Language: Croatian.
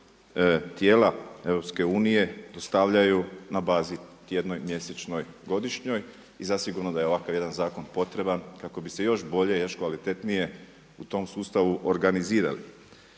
tijela EU dostavljaju na bazi tjednoj, mjesečnoj, godišnjoj i zasigurno da je ovakav jedan zakon potreban kako bi se još bolje i još kvalitetnije u tom sustavu organizirali.